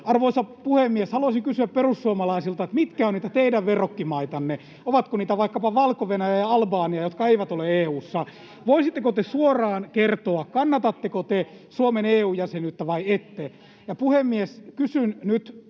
Arvoisa puhemies! Haluaisin kysyä perussuomalaisilta, mitkä ovat niitä teidän verrokkimaitanne. Ovatko niitä vaikkapa Valko-Venäjä ja Albania, jotka eivät ole EU:ssa? Voisitteko te suoraan kertoa, kannatatteko te Suomen EU-jäsenyyttä vai ette? [Välihuutoja